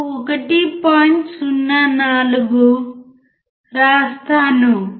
04 వ్రాస్తాను